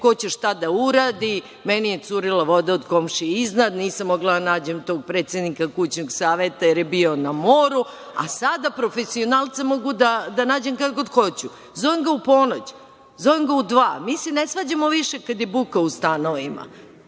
ko će šta da uradi, meni je curila voda od komšije iznad, nisam mogla da nađem tog predsednika kućnog saveta jer je bio na moru, a sada profesionalca mogu da nađem kad god hoću. Zovem ga u ponoć. Zovem ga u dva. Mi se ne svađamo više kada je buka u stanovima,